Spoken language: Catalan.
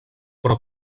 però